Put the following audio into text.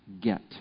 get